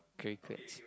crickets